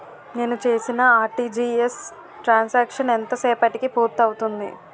నేను చేసిన RTGS transaction ఎంత సేపటికి పూర్తి అవుతుంది?